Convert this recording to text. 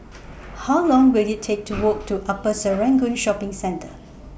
How Long Will IT Take to Walk to Upper Serangoon Shopping Centre